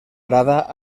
arada